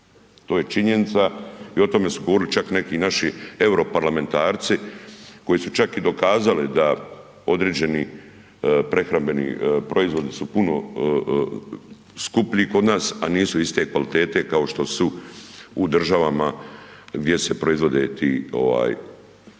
to je činjenica i o tome su govorili čak naši europarlamentarci koji su čak i dokazali da određeni prehrambeni proizvodi su puno skuplji kod nas, a nisu iste kvalitete kao što su u državama gdje se proizvode ti